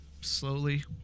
slowly